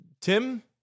Tim